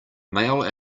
male